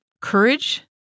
courage